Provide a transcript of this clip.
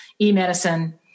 e-medicine